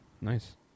nice